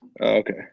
Okay